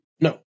No